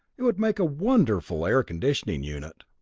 it would make a wonderful air-conditioning unit.